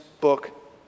book